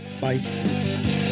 Bye